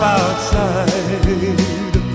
outside